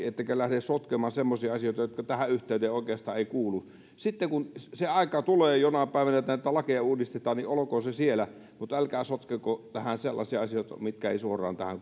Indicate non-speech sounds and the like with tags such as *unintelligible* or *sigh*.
*unintelligible* ettekä lähde sotkemaan semmoisia asioita jotka tähän yhteyteen oikeastaan eivät kuulu sitten kun se aika tulee jonain päivänä että näitä lakeja uudistetaan niin olkoon se siellä mutta älkää sotkeko tähän sellaisia asioita mitkä eivät suoraan tähän *unintelligible*